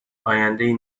آیندهای